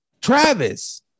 Travis